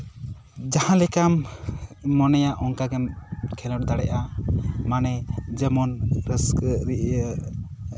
ᱡᱟᱦᱟᱸ ᱞᱮᱠᱟᱢ ᱢᱚᱱᱮᱭᱟ ᱚᱱᱠᱟ ᱜᱮᱢ ᱠᱷᱮᱞᱳᱰ ᱫᱟᱲᱮᱭᱟᱜᱼᱟ ᱢᱟᱱᱮ ᱡᱮᱢᱚᱱ ᱨᱟᱹᱥᱠᱟᱹ ᱤᱭᱟᱹ